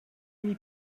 lui